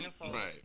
right